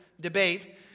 debate